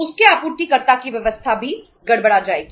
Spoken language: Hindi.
उसके आपूर्तिकर्ता की व्यवस्था भी गड़बड़ा जाएगी